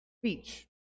speech